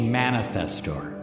manifestor